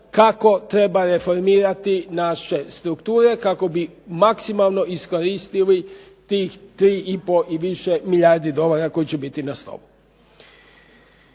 kako treba reformirati naše strukture kako bi maksimalno iskoristili tih 3 i po i više milijardi dolara koji će biti na stolu.